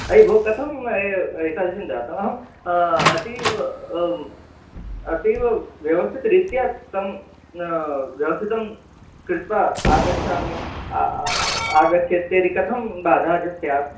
अयि भो कथं एतादृशं जातम् अहं अतीव अतीवव्यवस्थितरीत्या तं व्यवस्थितं कृत्वा आगच्छामि आगच्छेत् तर्हि कथं बाधः च स्यात्